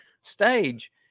stage